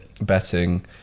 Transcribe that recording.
betting